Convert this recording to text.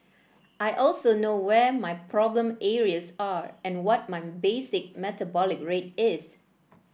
I also know where my problem areas are and what my basic metabolic rate is